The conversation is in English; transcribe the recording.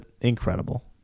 Incredible